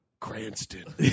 cranston